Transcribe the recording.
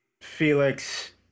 Felix